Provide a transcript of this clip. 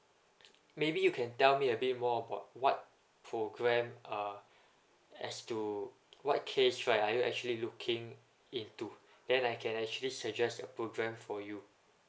maybe you can tell me a bit more about what program uh as to what case right are you actually looking into then I can actually suggest a program for you